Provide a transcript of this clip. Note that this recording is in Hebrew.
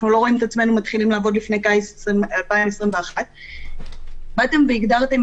אנחנו לא רואים את עצמנו מתחילים לעבוד לפני קיץ 2021. באתם והגדרתם,